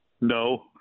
no